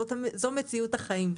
זו מציאות החיים.